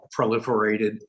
proliferated